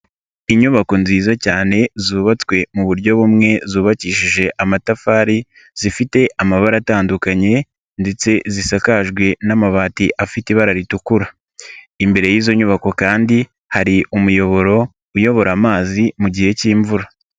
Inyubako nziza cyane zubatswe mu buryo bumwe, zubakishije amatafari, zifite amabara atandukanye ndetse zisakajwe n'amabati afite ibara ritukura. Imbere yizo nyubako kandi hari umuyoboro uyobora amazi mu gihe cy'imvura.